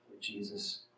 Jesus